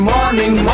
Morning